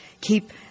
keep